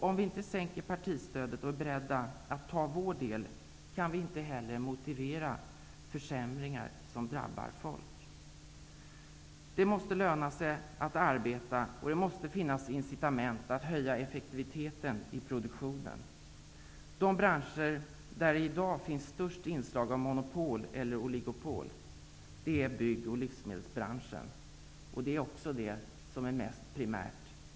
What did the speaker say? Om vi inte sänker partistödet och är beredda att ta vår del kan vi inte heller motivera försämringar som drabbar folk. Det måste löna sig att arbeta, och det måste finnas incitament att höja effektiviteten i produktionen. Det är också det som är mest primärt för folk. De branscher där det i dag finns störst inslag av monopol eller oligopol är bygg och livsmedelsbranschen.